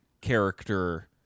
character